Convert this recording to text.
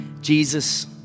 Jesus